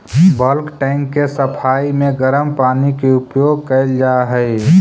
bulk tank के सफाई में गरम पानी के उपयोग कैल जा हई